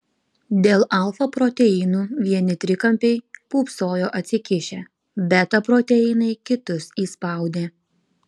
dėl alfa proteinų vieni trikampiai pūpsojo atsikišę beta proteinai kitus įspaudė